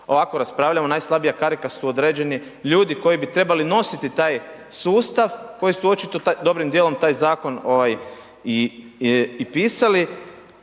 ovako raspravljamo najslabija karika su određeni ljudi koji bi trebali nositi taj sustav koji su očito dobrim dijelom taj zakon i pisali